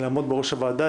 לעמוד בראש הוועדה,